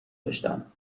داشتم